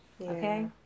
Okay